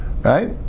Right